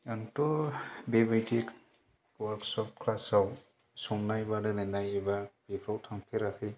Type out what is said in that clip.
आंथ बेबायदि अवार्कशप क्लासाव संनाय बादाय लायनायनाय बेफोराव थांफेराखै